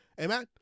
Amen